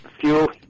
fuel